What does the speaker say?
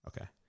Okay